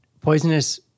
poisonous